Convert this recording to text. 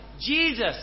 Jesus